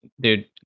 Dude